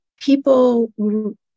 people